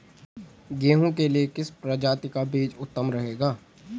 गेहूँ के लिए किस प्रजाति का बीज उत्तम रहेगा?